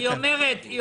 בסדר, היא אומרת שהיא